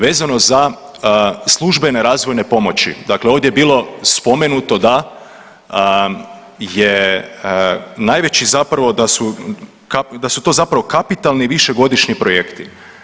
Vezano za službene razvojne pomoći, dakle ovdje je bilo spomenuto da je najveći zapravo da su, da su to zapravo kapitalni i višegodišnji projekti.